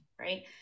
right